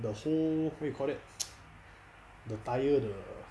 the whole what you call that the tire the